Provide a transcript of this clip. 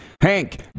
Hank